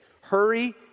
hurry